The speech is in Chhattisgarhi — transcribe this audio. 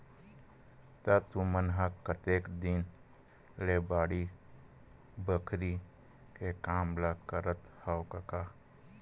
त तुमन ह कतेक दिन ले बाड़ी बखरी के काम ल करत हँव कका?